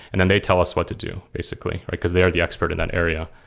and then they tell us what to do basically, because they are the expert in that area.